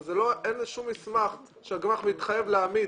אין לזה שום מסמך שהגמ"ח מתחייב להעמיד.